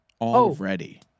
already